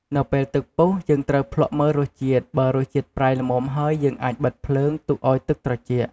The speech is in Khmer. នៅពេលទឹកពុះ យើងត្រូវភ្លក្សមើលរសជាតិ បើរសជាតិវាប្រៃល្មមហើយយើងអាចបិទភ្លើង ទុកឱ្យទឹកត្រជាក់។